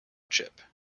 chip